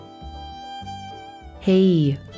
hey